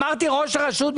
אמרתי ראש הרשות,